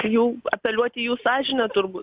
jų apeliuot į jų sąžinę turbūt